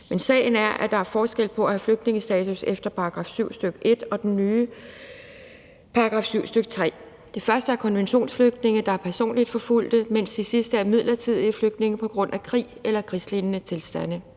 Men sagen er, at der er forskel på at have flygtningestatus efter § 7, stk. 1, og efter den nye § 7, stk. 3. De første er konventionsflygtninge, der er personligt forfulgte, mens de sidste er midlertidige flygtninge på grund af krig eller krigslignende tilstande.